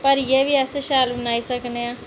भरियै बी अस शैल बनाई सकने आं